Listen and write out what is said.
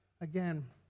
Again